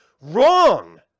wrong